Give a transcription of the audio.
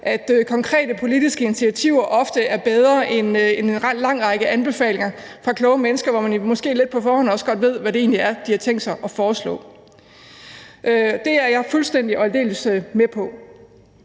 at konkrete politiske initiativer ofte er bedre end en lang række anbefalinger fra kloge mennesker, hvor man måske lidt på forhånd også godt ved, hvad det egentlig er, de har tænkt sig at foreslå. Det er jeg fuldstændig og aldeles med på.